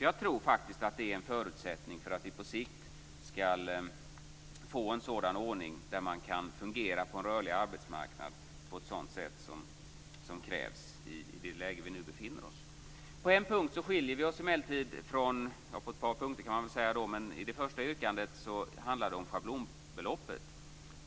Jag tror att det är en förutsättning för att vi i det läge vi nu befinner oss på sikt skall få en sådan ordning där det går att fungera på en rörlig arbetsmarknad. Vi skiljer oss på ett par punkter. Det första yrkandet handlar om schablonbeloppet.